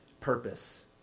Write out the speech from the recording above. purpose